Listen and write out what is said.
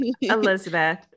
Elizabeth